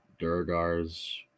Durgar's